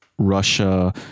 Russia